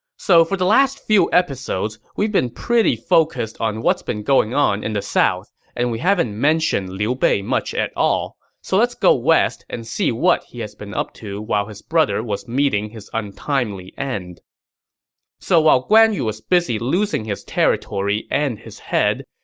so for the last few episodes, we've been pretty focused on what's been going on in the south, and we haven't mentioned liu bei at all. so let's go west and see what he has been up to while his brother was meeting his untimely end so while guan yu was busy losing his territory and his head,